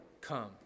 come